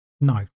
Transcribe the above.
No